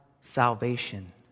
salvation